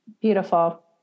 Beautiful